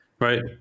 Right